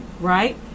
right